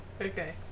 Okay